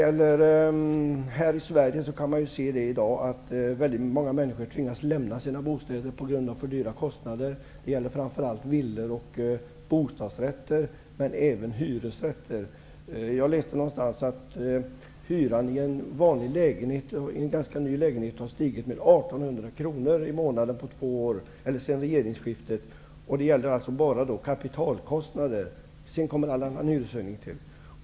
Här i Sverige kan man i dag se att väldigt många människor tvingas lämna sina bostäder på grund av för höga kostnader. Det gäller framför allt villor och bostadsrätter men även hyresrätter. Jag läste någonstans att hyran i en vanlig ganska ny lägenhet har stigit med 1 800 kr i månaden sedan regeringsskiftet. Det gäller alltså bara kapitalkostnader. Sedan kommer all annan hyreshöjning till.